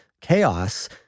chaos